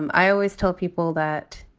um i always tell people that!